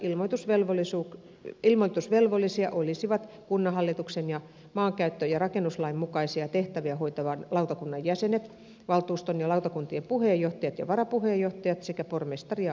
luottamushenkilöistä ilmoitusvelvollisia olisivat kunnanhallituksen ja maankäyttö ja rakennuslain mukaisia tehtäviä hoitavan lautakunnan jäsenet valtuuston ja lautakuntien puheenjohtajat ja varapuheenjohtajat sekä pormestari ja apulaispormestari